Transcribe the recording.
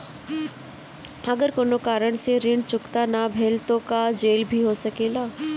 अगर कौनो कारण से ऋण चुकता न भेल तो का जेल भी हो सकेला?